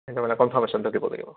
কনফ্মেশ্যনটো দিব লাগিব